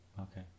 Okay